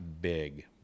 big